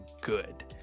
good